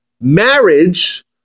marriage